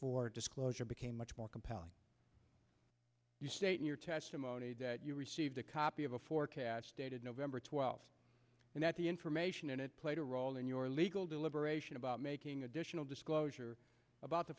for disclosure became much more compelling you state in your testimony that you received a copy of a forecast dated november twelfth and that the information in it played a role in your legal deliberation about making additional disclosure about the